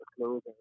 clothing